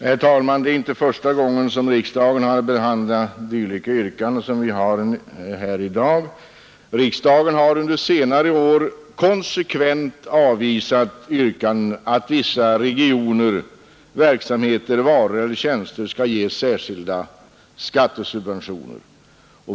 Herr talman! Det är inte första gången som riksdagen har att behandla yrkanden som de vi har här i dag. Riksdagen har under senare år konsekvent avvisat yrkanden om att vissa regioner, verksamheter, varor och tjänster skall ges särskilda skattesubventioner.